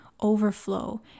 overflow